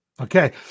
Okay